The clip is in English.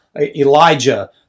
Elijah